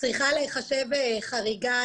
צריכה להיחשב חריגה